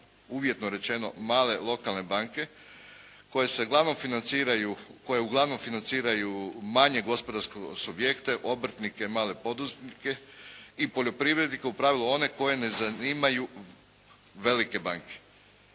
uvjetno rečeno male lokalne banke koje uglavnom financiraju manje gospodarske subjekte, obrtnike, male poduzetnike i poljoprivrednike. U pravilu one koje ne zanimaju velike banke